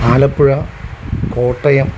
Alappuzha Kottayam